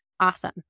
Awesome